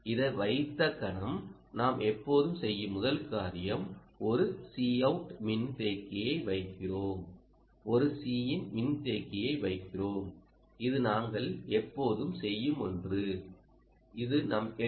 இதை வைத்த கணம் நாம் எப்போதும் செய்யும் முதல் காரியம் ஒரு Couமின்தேக்கி வைக்கிறோம் ஒரு Cin மின்தேக்கியை வைக்கிறோம் இது நாங்கள் எப்போதும் செய்யும் ஒன்று இது நம் எல்